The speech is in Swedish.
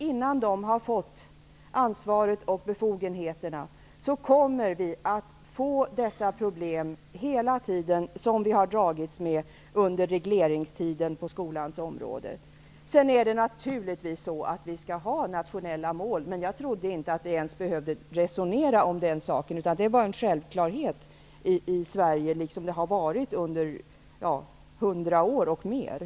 Innan skolorna har fått ansvaret och befogenheterna kommer vi hela tiden att ha de problem som vi har dragits med under regleringstiden på skolans område. Naturligtvis skall vi ha nationella mål. Jag trodde inte ens att vi behövde resonera om den saken, dvs. att det är en självklarhet i Sverige liksom det har varit under de 100 senaste åren.